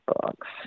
books